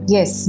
Yes